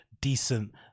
decent